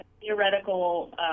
theoretical